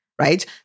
right